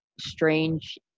strange